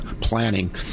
planning